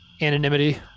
anonymity